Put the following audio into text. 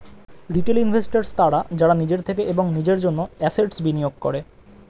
retail investors তারা যারা নিজের থেকে এবং নিজের জন্য অ্যাসেট্স্ বিনিয়োগ করে